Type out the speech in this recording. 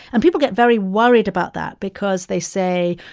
and people get very worried about that because they say,